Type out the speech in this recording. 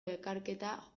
erkaketa